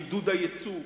לעידוד הייצוא,